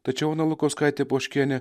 tačiau ona lukauskaitė poškienė